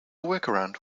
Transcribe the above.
workaround